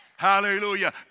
Hallelujah